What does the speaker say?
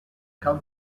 cal